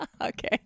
Okay